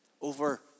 Over